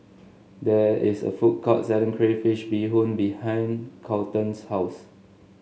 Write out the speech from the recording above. there is a food court selling Crayfish Beehoon behind Kolton's house